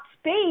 space